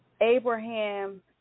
abraham